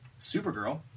Supergirl